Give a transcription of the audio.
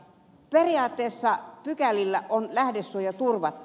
periaatteessa pykälillä on lähdesuoja turvattu